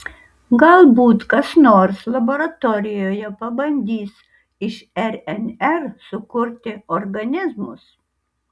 galbūt kas nors laboratorijoje pabandys iš rnr sukurti organizmus